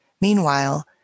Meanwhile